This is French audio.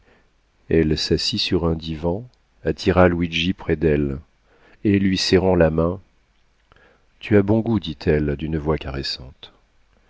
elle s'assit sur un divan attira luigi près d'elle et lui serrant la main tu as bon goût dit-elle d'une voix caressante